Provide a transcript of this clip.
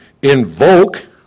Invoke